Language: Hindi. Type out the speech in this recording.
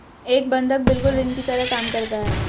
एक बंधक बिल्कुल ऋण की तरह काम करता है